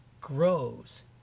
grows